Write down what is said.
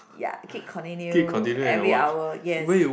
ya keep continue every hour yes